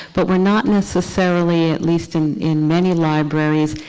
but we are not necessarily at least in in many libraries,